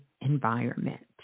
environment